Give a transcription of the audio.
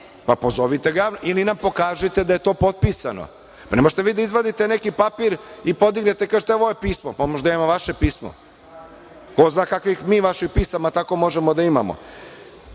ga javno ili nam pokažite da je to potpisano. Ne možete vi da izvadite neki papir i podignete i da kažete – e, ovo je pismo. Pa, možda ja imam vaše pismo. Ko zna kakvih mi vaših pisama tako možemo da imamo. Ja